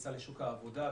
לכניסה לשוק העבודה,